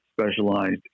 specialized